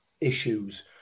issues